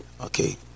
Okay